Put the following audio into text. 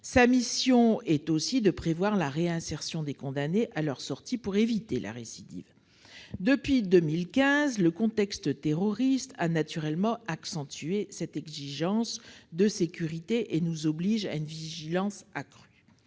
Sa mission est aussi de prévoir la réinsertion des condamnés à leur sortie pour éviter la récidive. Depuis 2015, le contexte terroriste a naturellement accentué cette exigence de sécurité et nous oblige à une vigilance accrue.